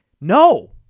no